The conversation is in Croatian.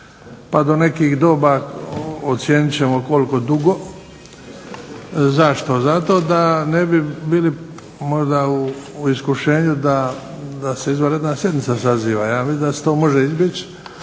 pa do nekih doba ocijenit ćemo koliko dugo. Zašto? Zato da ne bi bili možda u iskušenju da se izvanredna sjednica saziva. Ja mislim da se to može izbjeći